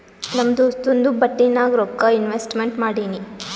ನಮ್ ದೋಸ್ತುಂದು ಬಟ್ಟಿ ನಾಗ್ ರೊಕ್ಕಾ ಇನ್ವೆಸ್ಟ್ಮೆಂಟ್ ಮಾಡಿನಿ